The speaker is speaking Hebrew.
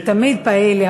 הוא תמיד פעיל,